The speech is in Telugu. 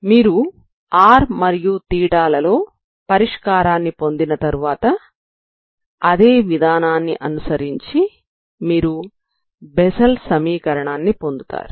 మీరు r మరియు θ లలో పరిష్కారాన్ని పొందిన తర్వాత అదే విధానాన్ని అనుసరించి మీరు బెస్సెల్ సమీకరణాన్ని పొందుతారు